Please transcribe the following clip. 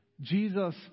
Jesus